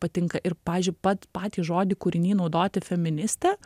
patinka ir pavyzdžiui pat patį žodį kūriny naudoti feministė